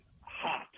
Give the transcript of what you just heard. hot